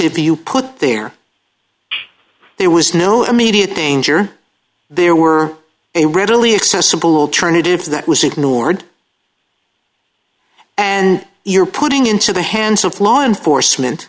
you put there there was no immediate danger there were a readily accessible alternative that was ignored and you're putting into the hands of law enforcement